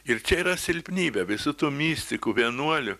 ir čia yra silpnybė visų tų mistikų vienuolių